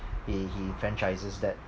he he franchises that